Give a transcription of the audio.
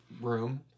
room